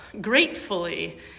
gratefully